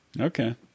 Okay